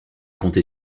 compter